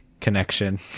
connection